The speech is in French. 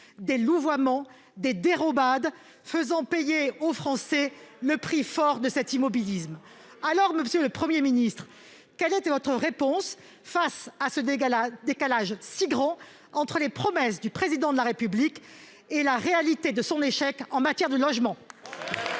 des louvoiements des dérobades faisant payer aux Français le prix fort de cet immobilisme, alors Monsieur le 1er ministre quelle était votre réponse face à ce décalage décalage si gros entre les promesses du président de la République et la réalité de son échec en matière de logement.